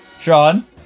Sean